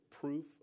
proof